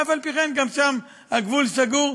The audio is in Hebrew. ואף-על-פי-כן גם שם הגבול סגור,